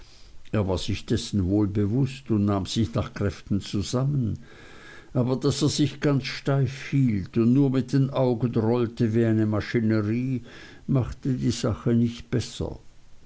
er war sich dessen wohl bewußt und nahm sich nach kräften zusammen aber daß er sich ganz steif hielt und nur mit den augen rollte wie eine maschinerie machte die sache nicht besser